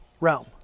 realm